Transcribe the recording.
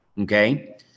Okay